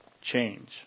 change